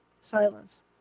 Silence